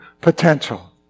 potential